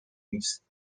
نیست